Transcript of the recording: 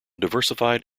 diversified